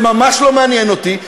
זה ממש לא מעניין אותי,